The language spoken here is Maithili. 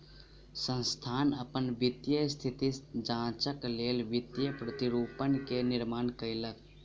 संस्थान अपन वित्तीय स्थिति जांचक लेल वित्तीय प्रतिरूपण के निर्माण कयलक